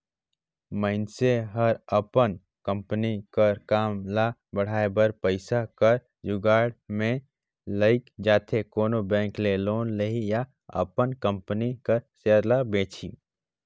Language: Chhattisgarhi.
मइनसे हर अपन कंपनी कर काम ल बढ़ाए बर पइसा कर जुगाड़ में लइग जाथे कोनो बेंक ले लोन लिही या अपन कंपनी कर सेयर ल बेंचही